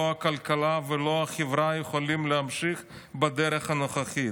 לא הכלכלה ולא החברה יכולים להמשיך בדרך הנוכחית.